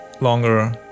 Longer